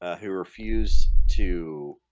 ah who refused to